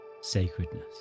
sacredness